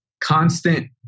constant